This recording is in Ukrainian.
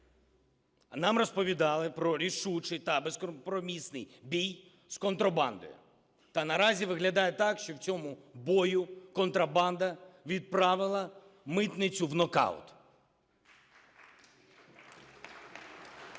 нам розповідали про рішучий та безкомпромісний бій з контрабандою. Та наразі виглядає так, що в цьому бою контрабанда відправила митницю в нокаут. І